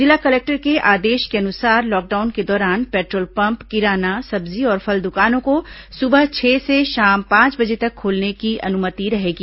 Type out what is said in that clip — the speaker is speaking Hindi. जिला कलेक्टर के आदेश के अनुसार लॉकडाउन के दौरान पेट्रोल पंप किराना सब्जी और फल दुकानों को सुबह छह से शाम पांच बजे तक ही खोलने की अनुमति रहेगी